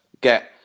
get